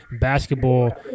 basketball